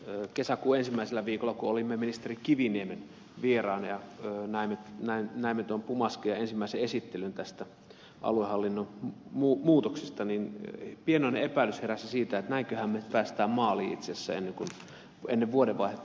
kesäkuun ensimmäisellä viikolla kun olimme ministeri kiviniemen vieraina ja näimme tuon pumaskan ja kuulimme ensimmäisen esittelyn tästä aluehallinnon muutoksesta niin pienoinen epäilys heräsi siitä että näinköhän me pääsemme maaliin itse asiassa ennen vuodenvaihdetta